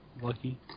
Lucky